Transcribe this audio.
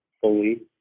fully